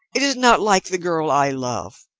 it is not like the girl i love.